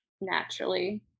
naturally